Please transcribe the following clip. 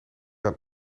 aan